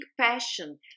passion